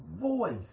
voice